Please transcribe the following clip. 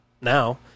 now